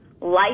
life